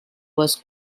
was